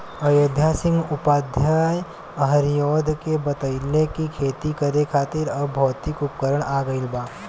अयोध्या सिंह उपाध्याय हरिऔध के बतइले कि खेती करे खातिर अब भौतिक उपकरण आ गइल बा